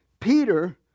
Peter